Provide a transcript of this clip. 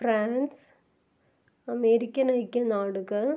France American ഐക്യ നാടുകൾ